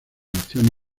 nación